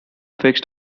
fixed